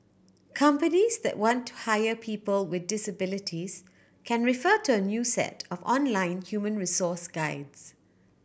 companies that want to hire people with disabilities can refer to a new set of online human resource guides